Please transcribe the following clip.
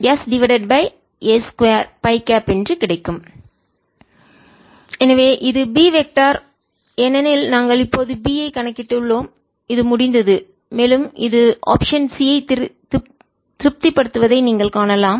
Btotal 02πRC Q0e tRCs 02πRCQ0e tRC sa2 Btotal 0Q0e tRC2πRC 1s sa2 எனவே இது B vector திசையன் ஏனெனில் நாங்கள் இப்போது B ஐ கணக்கிட்டுள்ளோம் இது முடிந்தது மேலும் இது ஆப்ஷன் C ஐ திருப்திப்படுத்துவதை நீங்கள் காணலாம்